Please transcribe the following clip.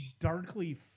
darkly